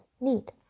need